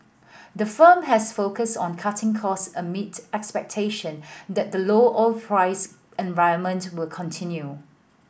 the firm has focused on cutting costs amid expectation that the low oil price environment will continue